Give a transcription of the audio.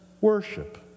worship